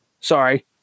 Sorry